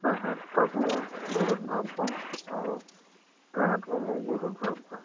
তাহাঁতক মই বহুত ভাল পাওঁ আৰু তাঁহাতেও মোক বহুত ভাল পায়